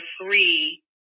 three